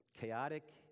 chaotic